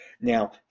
Now